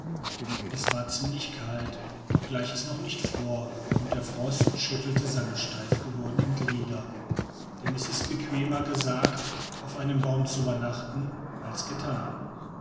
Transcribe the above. es war ziemlich kalt obgleich es noch nicht fror und der frost schüttelte seine steif gewordenen glieder denn es ist bequemer gesagt auf einem baum zu übernachten als gethan